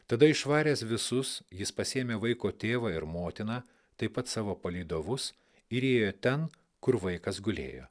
tada išvaręs visus jis pasiėmė vaiko tėvą ir motiną taip pat savo palydovus ir įėjo ten kur vaikas gulėjo